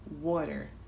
water